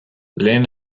lehen